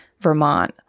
Vermont